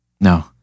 No